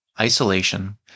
isolation